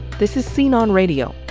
this is scene on radio.